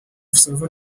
salva